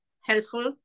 helpful